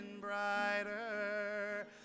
brighter